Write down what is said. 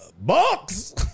box